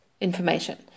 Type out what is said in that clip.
information